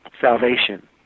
salvation